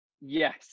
Yes